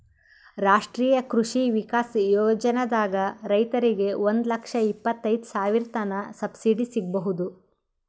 ರಾಷ್ಟ್ರೀಯ ಕೃಷಿ ವಿಕಾಸ್ ಯೋಜನಾದಾಗ್ ರೈತರಿಗ್ ಒಂದ್ ಲಕ್ಷ ಇಪ್ಪತೈದ್ ಸಾವಿರತನ್ ಸಬ್ಸಿಡಿ ಸಿಗ್ಬಹುದ್